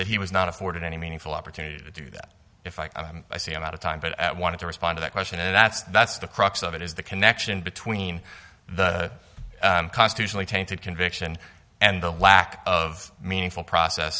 that he was not afforded any meaningful opportunity to do that if i am out of time but at want to respond to that question and that's that's the crux of it is the connection between the constitutionally tainted conviction and the lack of meaningful process